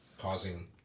causing